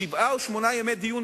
שבעה או שמונה ימי דיון,